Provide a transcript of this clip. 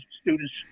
students